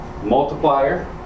multiplier